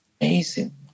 amazing